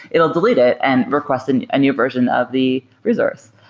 it will delete it and request and a new version of the resource.